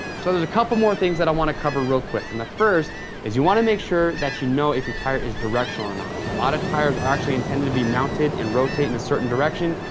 so there's a couple more things that i wanna cover real quick, and the first is you wanna make sure that you know if your tire is directional or not. a lot of tires are actually intended to be mounted and rotated in a certain direction.